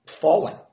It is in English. falling